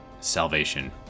salvation